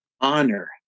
honor